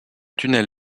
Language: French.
tunnel